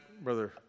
Brother